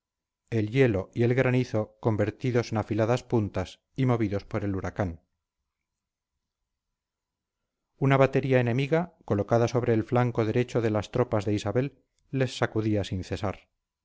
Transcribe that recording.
el hielo y el granizo convertidos en afiladas puntas y movidos por el huracán una batería enemiga colocada sobre el flanco derecho de las tropas de isabel les sacudía sin cesar